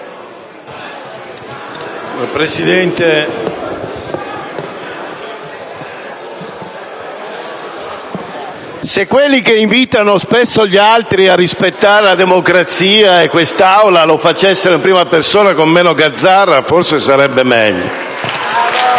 Presidente, se quelli che invitano spesso gli altri a rispettare la democrazia e quest'Aula lo facessero in prima persona e con meno gazzarra forse sarebbe meglio.